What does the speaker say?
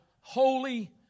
holy